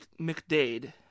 McDade